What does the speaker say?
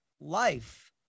life